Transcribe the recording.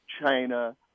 China